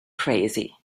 crazy